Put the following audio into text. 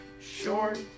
short